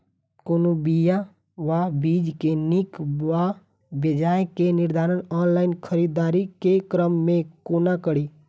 कोनों बीया वा बीज केँ नीक वा बेजाय केँ निर्धारण ऑनलाइन खरीददारी केँ क्रम मे कोना कड़ी?